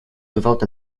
without